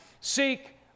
seek